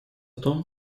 том